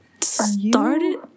started